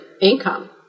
income